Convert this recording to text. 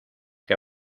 que